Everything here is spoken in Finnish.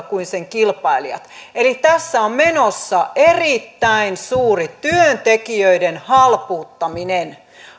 kuin sen kilpailijat eli tässä on menossa erittäin suuri työntekijöiden halpuuttaminen